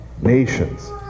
nations